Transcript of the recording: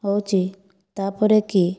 ହେଉଛି ତାପରେ କି